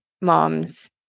mom's